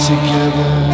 Together